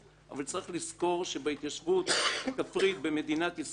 אבל יש לזכור שבהתיישבות כפרית במדינת ישראל